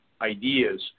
ideas